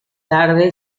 tarde